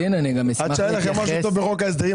עד שהיה לכם משהו טוב בחוק ההסדרים,